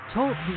Talk